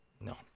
No